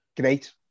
Great